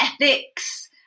ethics